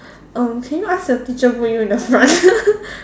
um can you ask your teacher put you in the front